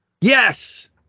Yes